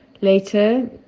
Later